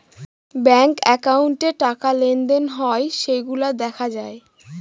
bank একাউন্টে টাকা লেনদেন হয় সেইগুলা দেখা যায়